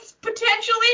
potentially